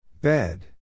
Bed